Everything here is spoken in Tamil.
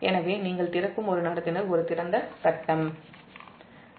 எனவே நீங்கள் திறக்கும் ஒரு கடத்தி ஒரு திறந்த ஃபேஸ்